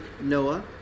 Noah